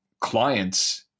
clients